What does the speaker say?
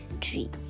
tree